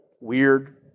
weird